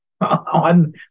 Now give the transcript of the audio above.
on